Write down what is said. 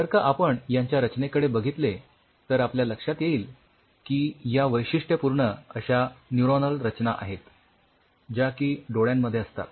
जर का आपण यांच्या रचनेकडे बघितले तर आपल्या लक्षात येईल की या वैशिष्ठ्यपूर्ण अश्या न्यूरॉनल रचना आहेत ज्या की डोळ्यांमध्ये असतात